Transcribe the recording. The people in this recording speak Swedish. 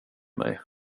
mig